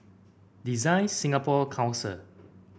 Design Singapore Council